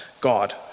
God